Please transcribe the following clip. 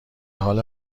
حال